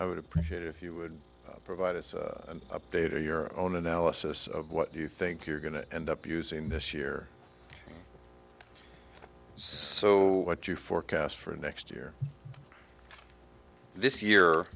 i would appreciate if you would provide us an update on your own analysis of what you think you're going to end up using this year so what you forecast for next year this year